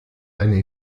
eine